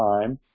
time